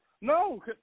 No